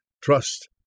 Trust